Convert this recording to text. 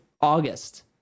August